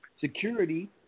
security